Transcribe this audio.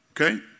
Okay